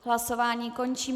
Hlasování končím.